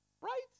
right